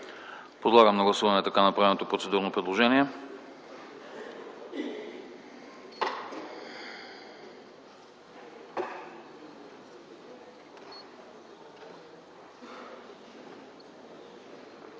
Подлагам на гласуване така направеното процедурно предложение.